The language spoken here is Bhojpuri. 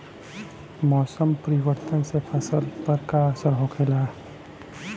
मौसम परिवर्तन से फसल पर का असर होखेला?